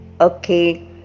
okay